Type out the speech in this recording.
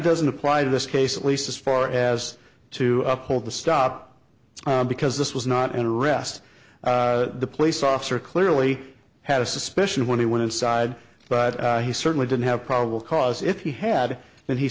doesn't apply to this case at least as far as to up hold the stop because this was not an arrest the police officer clearly had a suspicion when he went inside but he certainly didn't have probable cause if he had and he